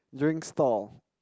drink store